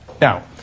Now